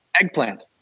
Eggplant